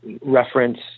reference